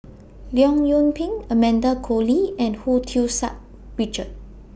Leong Yoon Pin Amanda Koe Lee and Hu Tsu Sa Richard